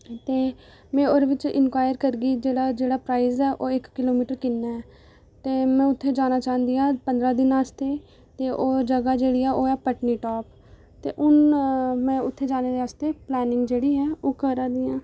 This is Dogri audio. ते मैं ओह्दे बिच्च इनक्वायर करगी जेह्ड़ा जेह्ड़ा प्राइज ओह् इक किलोमीटर किन्ना ऐ ते मैं उत्थै जाना चांह्दी आं पंदरां दिन आस्तै ते ओह् जगह जेह्ड़ी ऐ ओह् ऐ पत्नीटाप ते हून मैं उत्थै जाने दे आस्तै प्लैनिंग जेह्ड़ी ऐ ओह् करै'नी आं